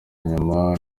nyuma